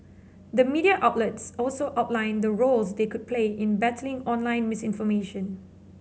the media outlets also outlined the roles they could play in battling online misinformation